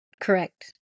correct